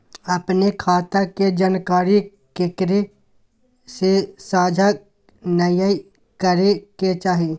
अपने खता के जानकारी केकरो से साझा नयय करे के चाही